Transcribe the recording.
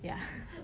ya